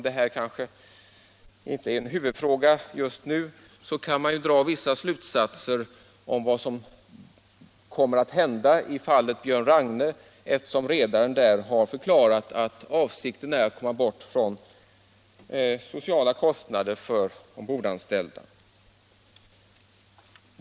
Då kan man dra vissa slutsatser om vad som kommer att hända i fallet Björn Ragne, eftersom redaren har förklarat att avsikten är att komma bort från sociala kostnader för ombordanställda.